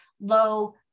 low